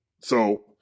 So-